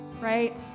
right